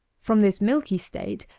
from this milky state,